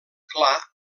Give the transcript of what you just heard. clar